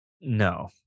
No